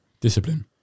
discipline